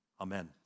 amen